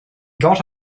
got